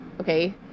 okay